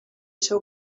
seu